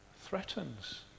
threatens